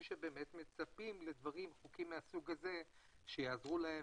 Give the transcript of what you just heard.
אנשים שבאמת מצפים לחוקים מהסוג הזה שיעזרו להם,